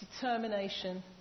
determination